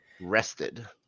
Rested